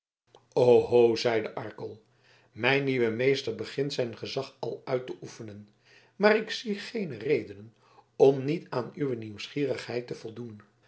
oho zeide arkel mijn nieuwe meester begint zijn gezag al uit te oefenen maar ik zie geene redenen om niet aan uwe nieuwsgierigheid te voldoen